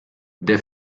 der